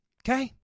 Okay